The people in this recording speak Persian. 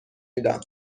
میدم